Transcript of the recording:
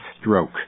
stroke